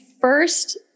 first